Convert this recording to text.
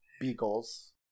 beagles